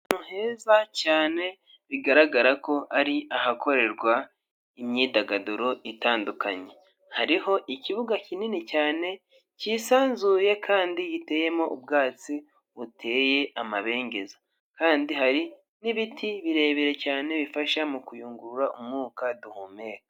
Ahantu heza cyane bigaragara ko ari ahakorerwa imyidagaduro itandukanye, hariho ikibuga kinini cyane k'isanzuye kandi giteyemo ubwatsi buteye amabengeza, kandi hari n'ibiti birebire cyane bifasha mu kuyungurura umwuka duhumeka.